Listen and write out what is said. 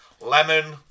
Lemon